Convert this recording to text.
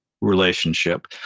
relationship